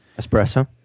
Espresso